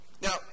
Now